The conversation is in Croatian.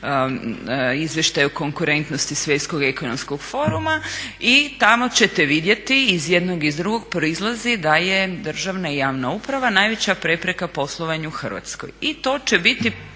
Izvještaj o konkurentnosti Svjetskog ekonomskog foruma i tamo ćete vidjeti i iz jednog i iz drugog proizlazi da je državna i javna uprava najveća prepreka poslovanju u Hrvatskoj.